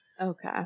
Okay